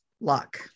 luck